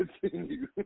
Continue